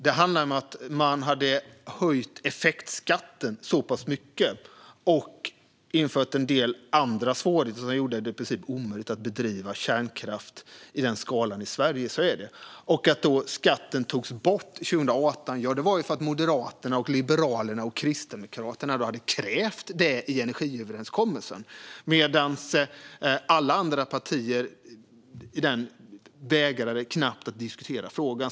Man hade ju höjt effektskatten så mycket och infört en del andra svårigheter som gjorde det i princip omöjligt att driva kärnkraft i denna skala i Sverige. Skatten togs bort 2018 för att Moderaterna, Liberalerna och Kristdemokraterna hade krävt det i energiöverenskommelsen medan alla andra partier mer eller mindre vägrade diskutera frågan.